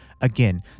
Again